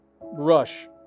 rush